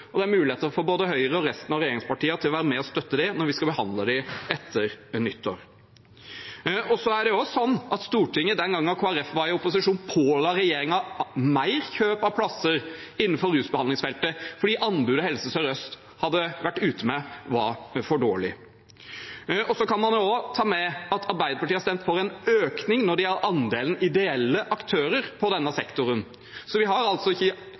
og det er mulig for både Høyre og resten av regjeringspartiene å være med og støtte det når vi skal behandle det etter nyttår. Det er også sånn at Stortinget den gang Kristelig Folkeparti var i opposisjon, påla regjeringen kjøp av flere plasser innenfor rusbehandlingsfeltet fordi anbudet Helse Sør-Øst hadde vært ute med, var for dårlig. Man kan også ta med at Arbeiderpartiet har stemt for en økning når det gjelder andelen ideelle aktører på denne sektoren. Vi har altså ikke